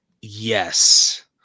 yes